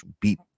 beat